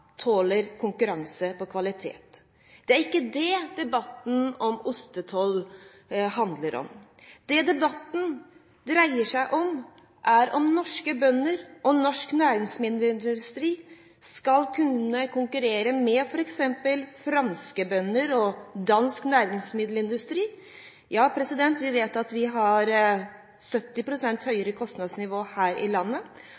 tåler konkurranse på kvalitet. Det er ikke dét debatten om ostetoll handler om. Det debatten dreier seg om, er om norske bønder og norsk næringsmiddelindustri skal kunne konkurrere med f.eks. franske bønder og dansk næringsmiddelindustri. Vi vet at vi har